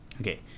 Okay